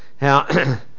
now